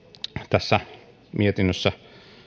tässä mietinnössä